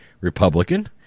Republican